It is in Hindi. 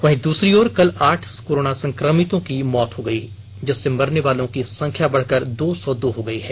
वहीं दूसरी ओर कल आठ कोरोना संक्रमितों की मौत हो गयी जिससे मरनेवालों की संख्या बढ़कर दो सौ दो हो गयी है